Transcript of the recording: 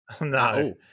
No